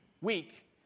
week